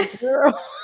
girl